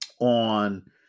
on